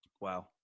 Wow